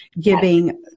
giving